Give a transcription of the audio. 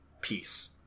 Peace